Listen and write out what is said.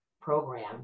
program